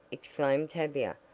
exclaimed tavia,